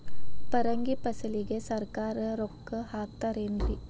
ಪರಂಗಿ ಫಸಲಿಗೆ ಸರಕಾರ ರೊಕ್ಕ ಹಾಕತಾರ ಏನ್ರಿ?